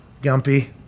Gumpy